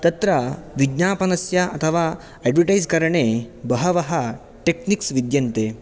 तत्र विज्ञानपनस्य अथवा अड्वटैस् करणे बहवः टेक्निक्स् विद्यन्ते